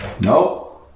no